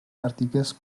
àrtiques